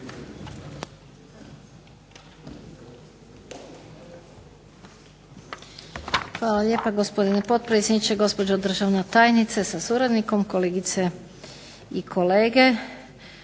Hvala lijepa gospodine potpredsjedniče, gospođo državna tajnice sa suradnikom, kolegice i kolege.